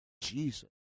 Jesus